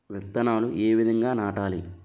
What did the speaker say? విత్తనాలు ఏ విధంగా నాటాలి?